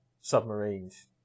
submarines